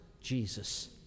Jesus